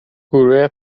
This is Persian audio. گروه